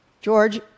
George